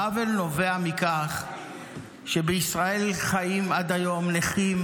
העוול נובע מכך שבישראל חיים עד היום נכים